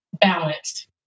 balanced